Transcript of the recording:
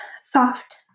soft